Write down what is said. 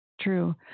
True